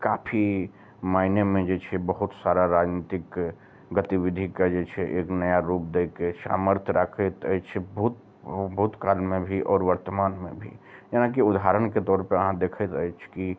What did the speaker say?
काफी मायने मे जे छै बहुत सारा राजनीतिक गतिविधिके जे छै एक नया रूप दै के सामर्थ्य राखैत अछि भूत भूत कालमे भी आओर वर्तमानमे भी जेनाकि उधारण के तौर पर अहाँ देखैत अइछ की